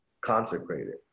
consecrated